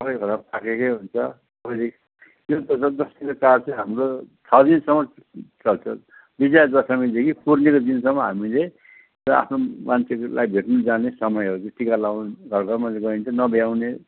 सबै घरमा पाकेकै हुन्छ चाड चाहिँ हाम्रो छ दिनसम्म चल्छ विजय दशमीदेखि पुर्णेको दिनसम्म हामीले चाहिँ आफ्नो मान्छेहरूलाई भेटनु जाने समय हो टिका लाउन घर घरमा गइन्छ नभ्याउने